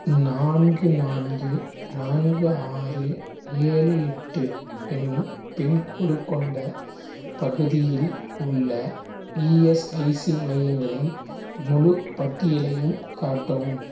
நான்கு நான்கு நான்கு ஆறு ஏழு எட்டு எனும் பின்கோடு கொண்ட பகுதியில் உள்ள இஎஸ்ஐசி மையங்களின் முழுப்பட்டியலையும் காட்டவும்